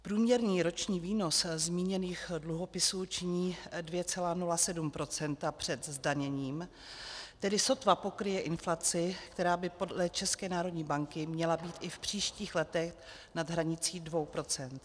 Průměrný roční výnos zmíněných dluhopisů činí 2,07 % před zdaněním, tedy sotva pokryje inflaci, která by podle České národní banky měla být i v příštích letech nad hranicí dvou procent.